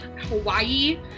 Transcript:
hawaii